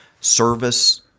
service